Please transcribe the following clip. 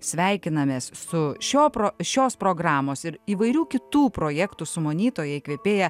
sveikinamės su šio šios programos ir įvairių kitų projektų sumanytojai įkvėpėja